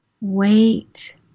Wait